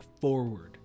forward